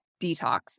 detox